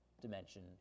dimension